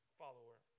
follower